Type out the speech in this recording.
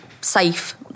safe